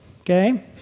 okay